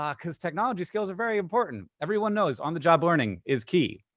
um cause technology skills are very important. everyone knows on-the-job learning is key.